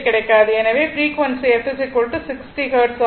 எனவே frequency f 60 hertz ஆகும்